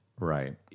Right